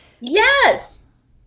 Yes